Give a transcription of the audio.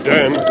Dan